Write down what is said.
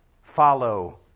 follow